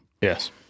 Yes